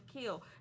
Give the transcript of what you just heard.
kill